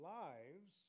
lives